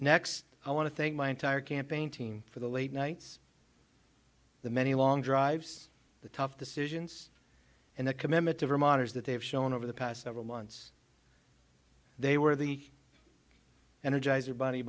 next i want to thank my entire campaign team for the late nights the many long drives the tough decisions and the commitment to vermonters that they have shown over the past several months they were the energizer bunn